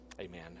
Amen